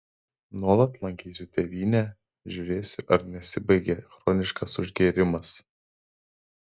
nuolat lankysiu tėvynę žiūrėsiu ar nesibaigia chroniškas užgėrimas